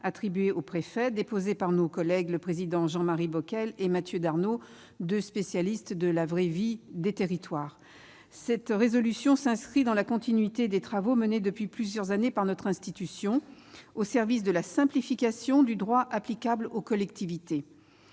attribué aux préfets, déposée par nos collègues Jean-Marie Bockel et Mathieu Darnaud, deux spécialistes de la vraie vie des territoires. Ce texte s'inscrit dans la continuité des travaux menés depuis plusieurs années par notre institution, au service de la simplification du droit applicable aux collectivités.